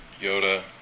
Yoda